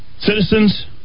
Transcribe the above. Citizens